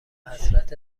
حسرت